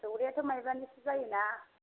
सौरायाथ' मायब्रानिसो जायो ना